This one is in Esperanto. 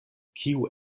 kiu